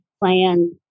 plan